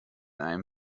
einem